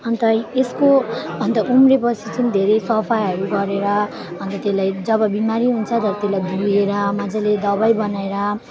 अन्त यसको अन्त उम्रिएपछि चाहिँ धेरै सफाहरू गरेर अन्त त्यसलाई जब बिमारी हुन्छ तब त्यसलाई धोएर मजाले दबाई बनाएर